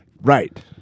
Right